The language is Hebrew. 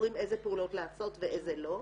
בוחרים איזה פעולות לעשות ואיזה לא.